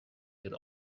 could